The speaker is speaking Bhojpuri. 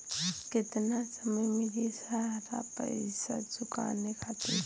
केतना समय मिली सारा पेईसा चुकाने खातिर?